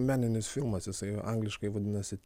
meninis filmas jisai angliškai vadinasi